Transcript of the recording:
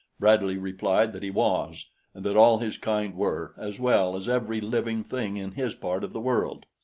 bradley replied that he was and that all his kind were, as well as every living thing in his part of the world.